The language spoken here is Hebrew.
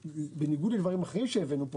בניגוד לדברים אחרים שהבאנו פה,